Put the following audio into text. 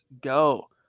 go